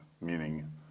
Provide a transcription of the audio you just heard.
meaning